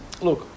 look